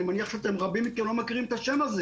מניח שהרבה מכם לא מכירים את השם הזה